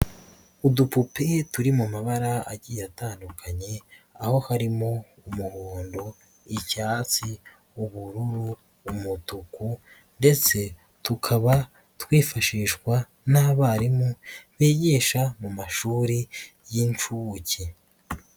Udupupe turi mu mabara agiye atandukanye, aho harimo; umuhondo, icyatsi, ubururu, umutuku, ndetse tukaba twifashishwa n'abarimu bigisha mu mashuri y'inshuke.